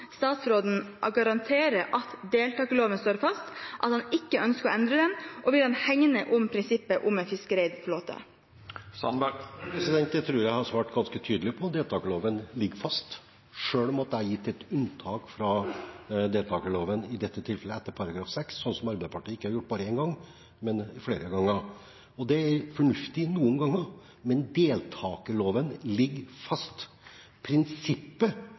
statsråden garantere at deltakerloven står fast, at han ikke ønsker å endre den, og vil han hegne om prinsippet om en fiskereid flåte? Jeg tror jeg har svart ganske tydelig på at deltakerloven ligger fast, selv om jeg har gitt et unntak fra deltakerloven i dette tilfellet etter § 6¸ sånn som Arbeiderpartiet har gjort ikke bare én gang, men flere ganger. Og det er fornuftig noen ganger. Men deltakerloven ligger fast. Prinsippet